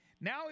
now